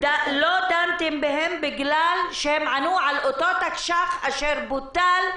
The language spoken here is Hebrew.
לא דנתם בהן בגלל שהן ענו על אותו תקש"ח אשר בוטל,